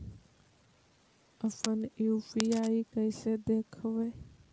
अपन यु.पी.आई कैसे देखबै?